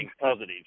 positive